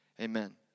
amen